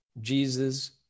Jesus